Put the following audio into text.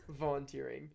volunteering